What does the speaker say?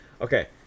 Okay